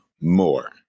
more